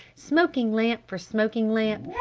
smoking lamp for smoking lamp,